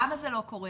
למה זה לא קורה,